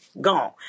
gone